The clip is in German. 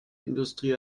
industrie